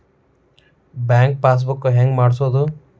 Bank pass book ಹೆಂಗ್ ಮಾಡ್ಸೋದು?